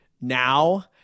now